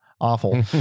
awful